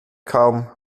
kaum